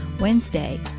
Wednesday